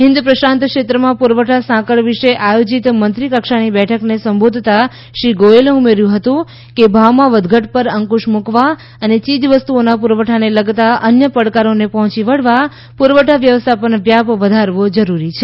હિન્દ પ્રશાંત ક્ષેત્રમાં પુરવઠા સાંકળ વિષે આયોજીત મંત્રી કક્ષાની બેઠકને સંબોધતા શ્રી ગોયલે ઉમેર્યું હતું કે ભાવમાં વધ ઘટ પર અંકુશ મૂકવા અને ચીજવસ્તુઓના પુરવઠાને લગતા અન્ય પડકારોને પહોંચી વળવા પુરવઠા વ્યવસ્થાન વ્યાપ વધારવો જરૂરી છે